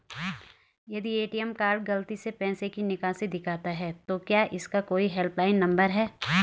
यदि ATM card गलती से पैसे की निकासी दिखाता है तो क्या इसका कोई हेल्प लाइन नम्बर है?